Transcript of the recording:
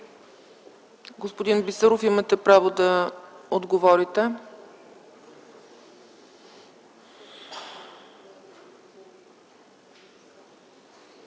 Господин Бисеров, имате право да отговорите.